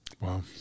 Wow